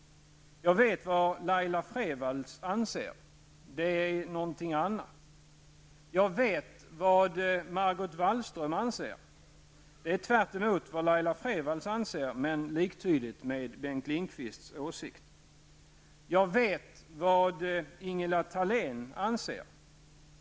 Jag vet vad Laila Freivalds anser -- det är någonting annat. Jag vet vad Margot Wallström anser, det är tvärtemot vad Laila Lindqvists åsikt. Jag vet vad Ingela Thalén anser.